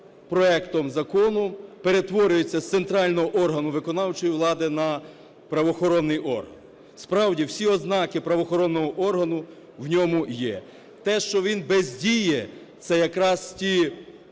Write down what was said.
проектом закону перетворюється з центрального органу виконавчої влади на правоохоронний орган. Справді, всі ознаки правоохоронного органу в ньому є. Те, що він бездіє, це якраз ті